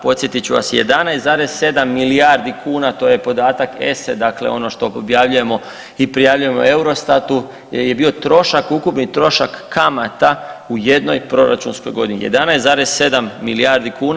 Podsjetit ću vas 11,7 milijardi kuna to je podatak ESE dakle ono što objavljujemo i prijavljujemo Eurostatu je bio trošak ukupni trošak kamata u jednoj proračunskoj godini, 11,7 milijardi kuna.